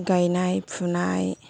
गायनाय फुनाय